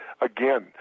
again